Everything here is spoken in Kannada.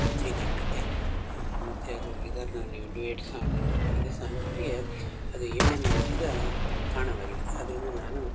ಚಿತ್ರೀಕರಣಕ್ಕೆ ಮತ್ತು ಅದು ಇದನ್ನು ನೀವು ಡುಯೆಟ್ ಸಾಂಗು ಇದು ಸಾಂಗುಗಳಿಗೇ ಅದು ಹೇಳಿ ಮಾಡಿಸಿದ ತಾಣವಾಗಿದೆ ಆದ್ದರಿಂದ ನಾನು